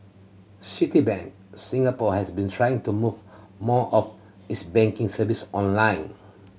Citibank Singapore has been trying to move more of its banking service online